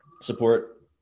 support